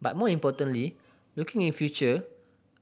but more importantly looking in future